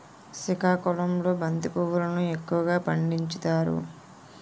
సికాకుళంలో బంతి పువ్వులును ఎక్కువగా పండించుతారు